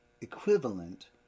equivalent